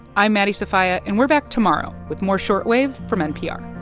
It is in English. i'm maddie sofia, and we're back tomorrow with more short wave from npr